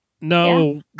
No